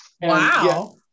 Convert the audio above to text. Wow